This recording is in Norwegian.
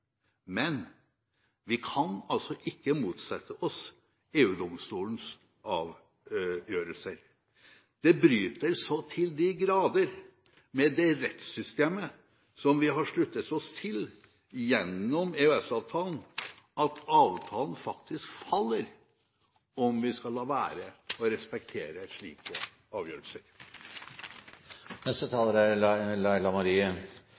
men vi kan ikke motsette oss EU-domstolens avgjørelser. Det bryter så til de grader med det rettssystemet som vi har sluttet oss til gjennom EØS-avtalen, at avtalen faktisk faller om vi skal la være å respektere